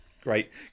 great